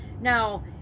now